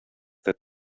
that